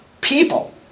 people